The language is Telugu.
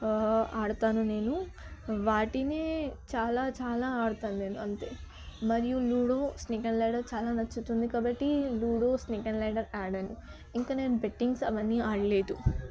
ఆడతాను నేను వాటిని చాలా చాలా ఆడతాను నేను అంతే మరియు లూడో స్నేక్ అండ్ ల్యాడర్ చాలా నచ్చుతుంది కాబట్టి లూడో స్నేక్ అండ్ ల్యాడర్ ఆడాను ఇంక నేను బెట్టింగ్స్ అవన్నీ ఆడలేదు